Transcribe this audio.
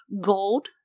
gold